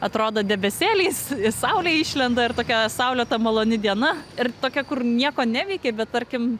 atrodo debesėliais saulė išlenda ir tokia saulėta maloni diena ir tokia kur nieko neveiki bet tarkim